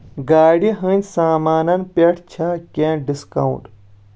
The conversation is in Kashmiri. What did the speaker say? گاڑِ ہٕنٛز سامانن پٮ۪ٹھ چھا کینٛہہ ڈسکاونٹ